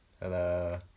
Hello